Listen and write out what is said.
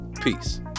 Peace